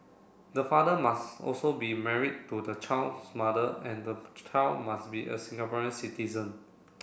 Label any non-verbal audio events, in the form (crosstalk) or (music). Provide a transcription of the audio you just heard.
the father must also be married to the child's mother and (unintelligible) child must be a Singaporean citizen